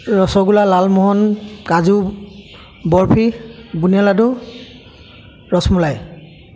rasgulla lalmohan kaju barfi boondi laddu rasmalai